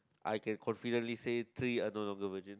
I can confidently say three I'm not longer virgin